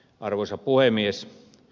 arvoisa puhemies